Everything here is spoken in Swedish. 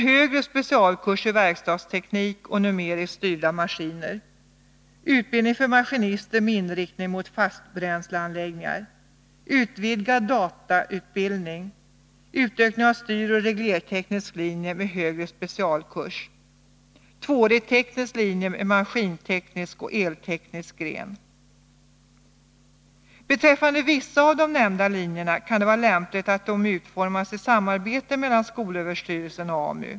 Beträffande vissa av de nämnda linjerna är att säga att det kan vara lämpligt att de utformas i samarbete mellan skolöverstyrelsen och AMU.